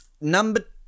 Number